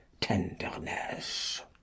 tenderness